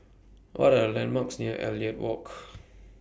What Are The landmarks near Elliot Walk